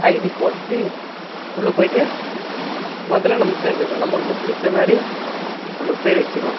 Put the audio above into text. ID போட்டு உள்ளே போய்விட்டு முதல்ல நம்ம பேர் கேட்கும் நம்மளுக்கு பிடிச்ச மாதிரி நம்ம பேர் வெச்சுக்கிலாம்